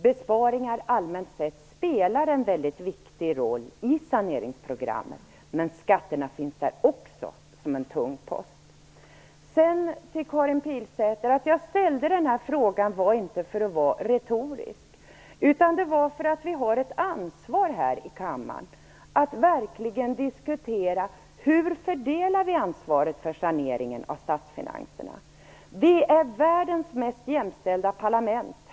Besparingar spelar allmänt sett en viktig roll i saneringsprogrammet, men där finns också skatterna som en tung post. Sedan till Karin Pilsäter: Anledningen till att jag ställde min fråga var inte att vara retorisk, utan det var att vi har ett ansvar här i kammaren att verkligen diskutera hur ansvaret för saneringen av statsfinanserna fördelas. Vi är världens mest jämställda parlament.